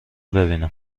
ببینم